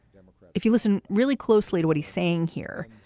um if you listen really closely to what he's saying here,